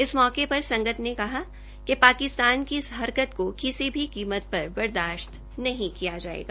इस मौके पर संगत ने कहा कि पाकिस्तान की इस हरकत को किसी भी कीमत पर बर्दाश्त नहीं किया जाएगा